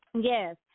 Yes